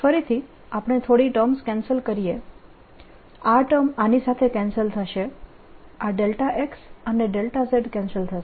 ફરીથી આપણે થોડી ટર્મ્સ કેન્સલ કરીએ આ ટર્મ આની સાથે કેન્સલ થશે આ x અને z કેન્સલ થશે